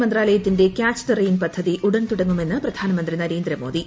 മന്ത്രാലയത്തിന്റെ catch the rain പദ്ധതി ഉടൻ തൂടങ്ങുമെന്ന് പ്രധാനമന്ത്രി നരേന്ദ്രമോദി